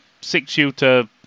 six-shooter